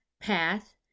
PATH